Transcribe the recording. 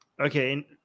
okay